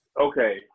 Okay